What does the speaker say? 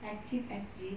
active S_G